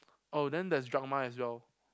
oh then there's Dragma as well